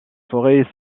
forêts